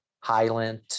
Highland